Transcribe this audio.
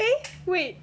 eh wait